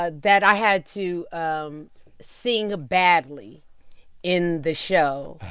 ah that i had to um sing badly in the show.